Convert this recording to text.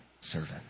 servant